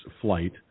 flight